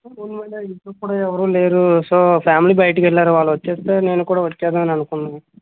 ఇంట్లో కూడా ఎవరు లేరు సో ఫ్యామిలీ బయటకి వెళ్ళారు వాళ్ళు వచ్చేస్తే నేను కూడా వచ్చేదే అని అనుకున్నాను